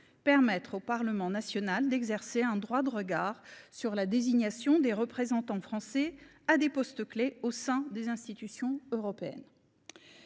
permettre au Parlement national d’exercer un droit de regard sur la désignation des représentants français à des postes clés au sein des institutions européennes.